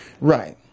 Right